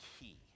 key